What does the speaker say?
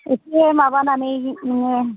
इसे माबानानै नोङो